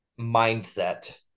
mindset